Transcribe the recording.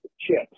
chips